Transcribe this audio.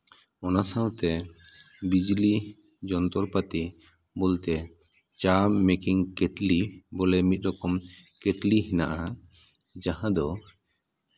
ᱚᱱᱟ ᱥᱟᱶᱛᱮ ᱵᱤᱡᱽᱞᱤ ᱡᱚᱱᱛᱨᱚᱯᱟᱹᱛᱤ ᱵᱚᱞᱛᱮ ᱪᱟ ᱢᱮᱠᱤᱝ ᱠᱮᱴᱞᱤ ᱵᱚᱞᱮ ᱢᱤᱫ ᱨᱚᱠᱚᱢ ᱠᱮᱴᱞᱤ ᱦᱮᱱᱟᱜᱼᱟ ᱡᱟᱦᱟᱸ ᱫᱚ